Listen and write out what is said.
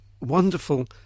wonderful